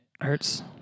hurts